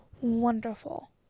wonderful